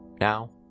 now